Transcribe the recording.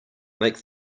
make